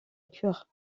cure